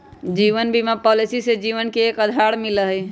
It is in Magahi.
जीवन बीमा पॉलिसी से जीवन के एक आधार मिला हई